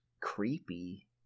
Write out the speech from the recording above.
creepy